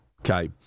okay